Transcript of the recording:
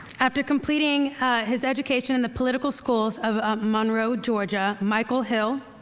after completing his education in the political schools of monroe, georgia, michael hill